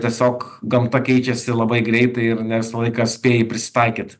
tiesiog gamta keičiasi labai greitai ir ne visą laiką spėji prisitaikyt